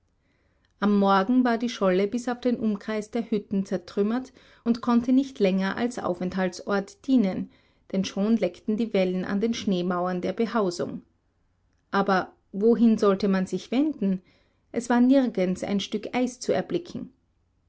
am morgen war die scholle bis auf den umkreis der hütten zertrümmert und konnte nicht länger als aufenthaltsort dienen denn schon leckten die wellen an den schneemauern der behausung aber wohin sollte man sich wenden es war nirgends ein stück eis zu erblicken